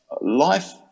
life